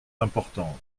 importantes